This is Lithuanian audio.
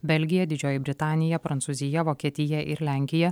belgija didžioji britanija prancūzija vokietija ir lenkija